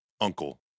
Uncle